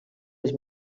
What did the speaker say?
les